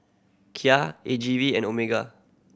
Kia A G V and Omega